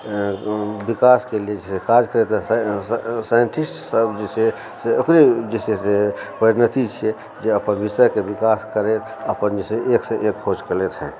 विकासके लिय जे काज करता साइंटिस्टसभ जे छै से ओकरे जे छै से परिणिति छै जे अपन विषयके विकास करय अपन जे छै से एकसँ एक खोज केलथि हँ